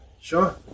Sure